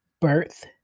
birth